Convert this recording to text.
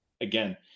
again